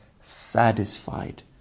satisfied